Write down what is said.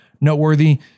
noteworthy